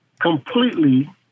Completely